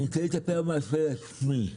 אני רוצה לספר מעשה על עצמי.